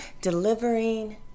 delivering